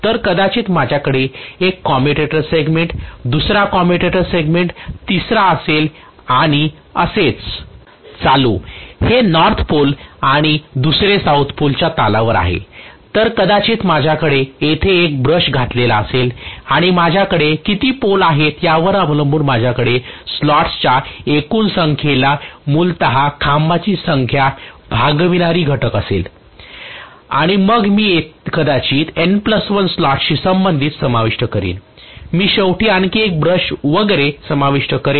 तर कदाचित माझ्याकडे एक कम्युटेटर सेगमेंट दुसरा कम्युटेटर सेगमेंट तिसरा असेल आणि असेच चालू हे नॉर्थ पोल आणि दुसरे साऊथ पोल च्या तालावर आहे तर कदाचित माझ्याकडे येथे एक ब्रश घातलेला असेल आणि माझ्याकडे किती पोल आहेत यावर अवलंबून माझ्याकडे स्लॉट्सच्या एकूण संख्येला मूलत खांबाची संख्या भागविणारी घटक असेल आणि मग मी कदाचित N 1 स्लॉटशी संबंधित समाविष्ट करीन मी शेवटी आणखी एक ब्रश वगैरे समाविष्ट करेन